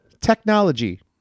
Technology